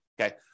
okay